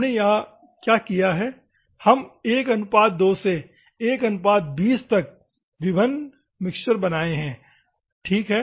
हमने यहाँ क्या किया है हम 12 से 120 तक विभिन्न मिक्सचर बनाये हैं ठीक है